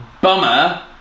bummer